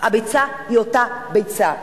הביצה היא אותה ביצה,